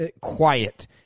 quiet